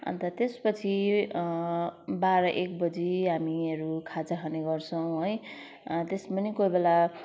अन्त त्यसपछि बाह्र एक बजी हामीहरू खाजा खाने गर्छौँ है त्यसमा पनि कोही बेला